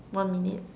one minute